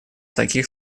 таких